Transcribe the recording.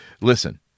listen